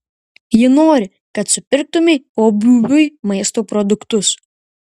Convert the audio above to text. ji nori kad supirktumei pobūviui maisto produktus